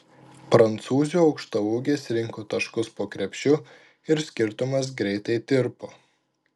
prancūzių aukštaūgės rinko taškus po krepšiu ir skirtumas greitai tirpo